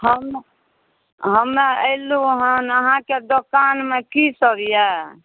हम हमेँ एलहुँ हँ अहाँके दोकानमे की सब अइ